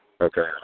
Okay